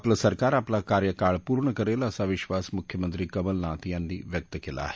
आपल ज्ञिरकार आपला कार्यकाळ पूर्ण करेल असा विश्वास मुख्यमत्तीकमलनाथ यात्ती व्यक्त केला आहे